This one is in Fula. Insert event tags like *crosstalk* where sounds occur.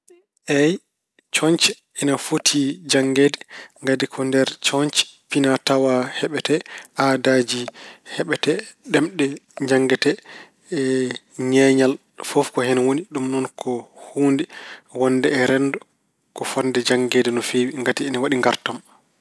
Eey, cooñce ina foti janngeede. Ngati ko nder cooñce pinaatawaa heɓetee, aadaaji heɓetee, ɗemɗe njanngetee, *hesitation* ñeeñal fof ko hen woni. Ɗum noon ko huunde wonde e renndo ko fotde janngeede no feewi ngati ina waɗi ngaartam.